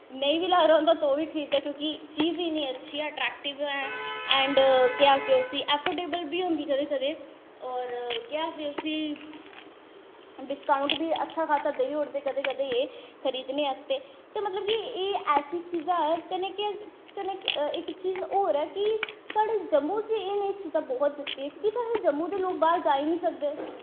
नेईं बी लाए दा होंदा तां बी ओह् खरीदी लैंदै क्योंकि ओह् चीज इन्नी अच्छी ऐ अट्रैक्टिव ऐ ऐंड़ केह् आखदे उस्सी ऐफिटेवल बी होंदी कदें कदें होर केह् आखदे उस्सी डिस्काउंट बी अच्छा खास्सा देई ओह्ड़े कदें कदें खरीदने आस्तै ते मतलब एह् ऐसी चीज ऐ ते इक चीज होर ऐ कि साढ़े जम्मू च एह् जेही चीजां बौह्त बिकदियां क्योंकि जम्मू दे लोग बाह्र जाई निं सकदे